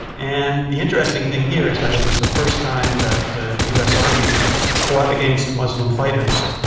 and the interesting thing here is that it was the first time that the the us army fought against muslim fighters,